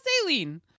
saline